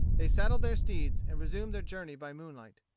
they saddled their steeds and resumed their journey by moonlight.